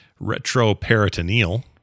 retroperitoneal